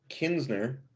Kinsner